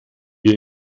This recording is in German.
wir